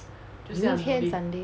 明天 sunday